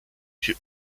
she